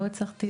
לא הצלחתי